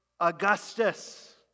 Augustus